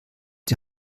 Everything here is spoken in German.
die